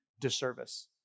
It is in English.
disservice